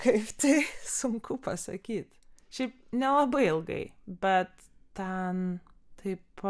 kaip tai sunku pasakyt šiaip nelabai ilgai bet ten taip